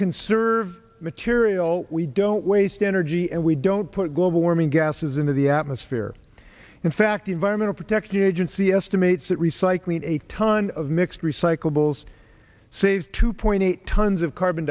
conserve material we don't waste energy and we don't put global warming gases into the atmosphere in fact the environmental protection agency estimates that recycling a ton of mixed recyclables saves two point eight tons of carbon